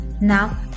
Now